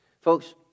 Folks